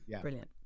brilliant